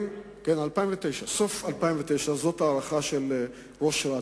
כן, בסוף 2009. זאת ההערכה של ראש רת"א.